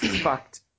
fucked